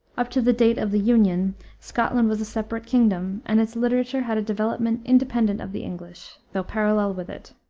up to the date of the union scotland was a separate kingdom, and its literature had a development independent of the english, though parallel with it.